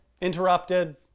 interrupted